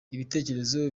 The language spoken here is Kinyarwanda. ibitekerezo